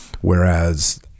Whereas